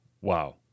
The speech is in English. Wow